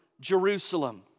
Jerusalem